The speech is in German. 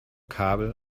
kabel